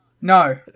No